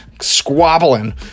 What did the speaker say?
Squabbling